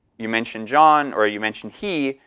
you mention john, or you mention he,